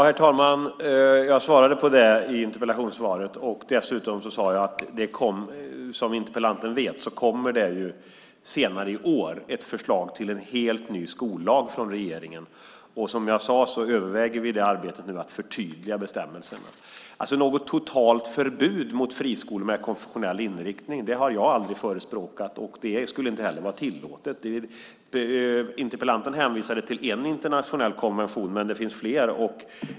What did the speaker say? Herr talman! Jag svarade på det i interpellationssvaret. Dessutom sade jag att det, som interpellanten vet, senare i år kommer ett förslag från regeringen till en helt ny skollag. Som jag sade överväger vi nu i det arbetet att förtydliga bestämmelserna. Något totalt förbud mot friskolor med konfessionell inriktning har jag aldrig förespråkat. Det skulle inte heller vara tillåtet. Interpellanten hänvisade till en internationell konvention, men det finns flera.